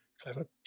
clever